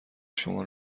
شما